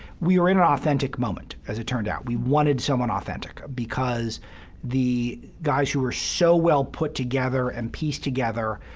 we were in an authentic moment, as it turned out. we wanted someone authentic because the guys who were so well put together and pieced together,